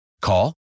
Call